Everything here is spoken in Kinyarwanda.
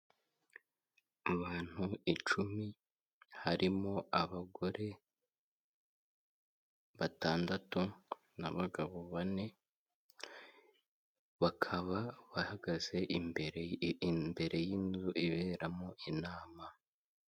Abantu icumi harimo abagore batandatu n'abagabo bane, bakaba bahagaze imbere y'inzu iberamo inama.